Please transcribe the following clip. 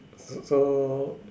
so so